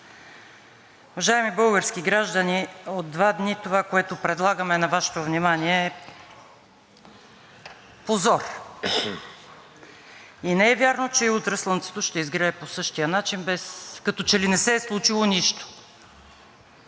Уважаеми български граждани, от два дни това, което предлагаме на Вашето внимание, е позор! И не е вярно, че и утре слънцето ще изгрее по същия начин, като че ли не се е случило нищо.